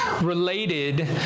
related